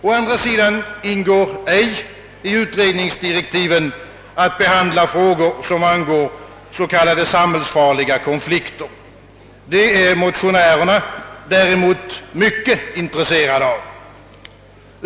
Å andra sidan ingår det ej i utredningsdirektiven att behandla frågor som berör s.k. samhällsfarliga konflikter. Detta är motionärerna däremot mycket intresserade av.